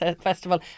Festival